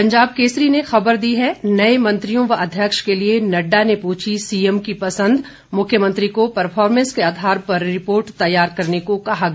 पंजाब केसरी ने खबर दी है नए मंत्रियों व अध्यक्ष के लिए नड्डा ने पूछी सीएम की पसंद मुख्यमंत्री को परफॉमैंस के आधार पर रिपोर्ट तैयार करने को कहा गया